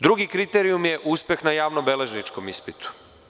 Drugi kriterijum je uspeh na javnobeležničkom ispitu.